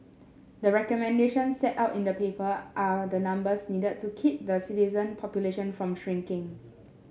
the recommendation set out in the paper are the numbers needed to keep the citizen population from shrinking